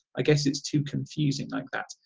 i guess it's too confusing like that.